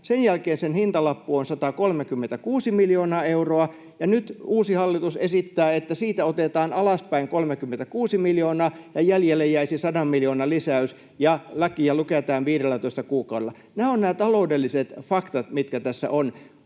sen jälkeen sen hintalappu on 136 miljoonaa euroa. Nyt uusi hallitus esittää, että siitä otetaan alaspäin 36 miljoonaa ja jäljelle jäisi 100 miljoonan lisäys ja lakia lykätään 15 kuukaudella. Nämä ovat ne taloudelliset faktat, mitkä tässä ovat.